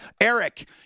Eric